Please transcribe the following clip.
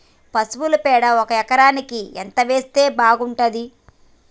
పశువుల పేడ ఒక ఎకరానికి ఎంత వేస్తే బాగుంటది?